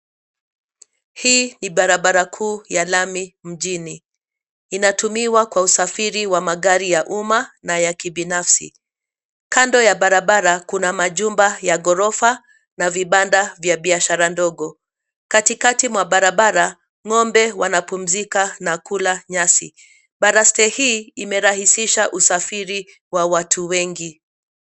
Hii ni barabara kuu ya lami mjini, inatumiwa kwa usafiri wa magari ya umma na ya kibinafsi. Kando ya barabara kuna majumba ya ghorofa na vibanda vya biashara ndogo. Katikati mwa barabara, ngombe wanapumzika na kula nyasi. Baraste hii imerahisisha usafiri wa watu wengi.